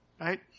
right